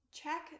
Check